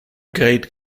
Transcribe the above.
great